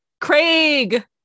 Craig